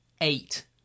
eight